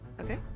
Okay